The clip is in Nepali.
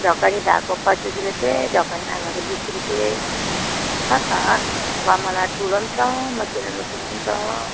ढकनी भएको पच्चिस रुपियाँ ढकनी नभएको बिस रुपियाँ छ त गमला ठुलो पनि छ मसिनो मसिनो पनि छ